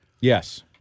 Yes